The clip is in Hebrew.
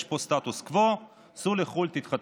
יש פה סטטוס קוו, סעו לחו"ל, תתחתנו.